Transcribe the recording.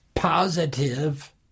positive